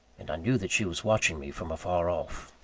and i knew that she was watching me from afar off.